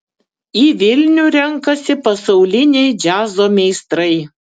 į vilnių renkasi pasauliniai džiazo meistrai